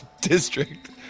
District